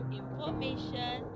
information